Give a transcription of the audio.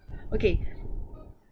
okay